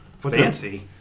fancy